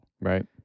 Right